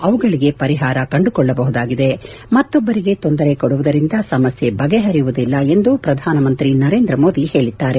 ಅವುಗಳಿಗೆ ಪರಿಹಾರ ಕಂಡುಕೊಳ್ಳಬಹುದಾಗಿದೆ ಮತ್ತೊಬ್ಬರಿಗೆ ತೊಂದರೆ ಕೊಡುವುದರಿಂದ ಸಮಸ್ಕೆ ಬಗೆಹರಿಯುವುದಿಲ್ಲ ಎಂದು ಪ್ರಧಾನಮಂತ್ರಿ ನರೇಂದ್ರ ಮೋದಿ ಹೇಳಿದ್ದಾರೆ